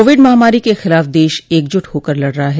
Covid महामारी के खिलाफ देश एकजुट होकर लड़ रहा है